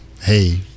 hey